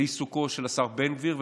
זה עיסוקו של השר בן גביר.